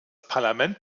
parlament